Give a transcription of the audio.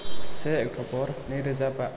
से अक्टबर नैरोजा बा